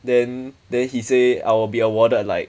then then he say I will be awarded like